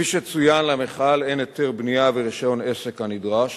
כפי שצוין, למכל אין היתר בנייה ורשיון עסק כנדרש,